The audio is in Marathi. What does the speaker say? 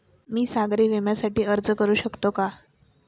मी सागरी विम्यासाठी अर्ज करू शकते का?